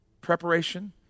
preparation